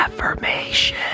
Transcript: affirmation